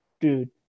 dude